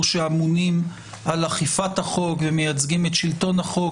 שאמונים על אכיפת החוק ומייצגים את שלטון החוק.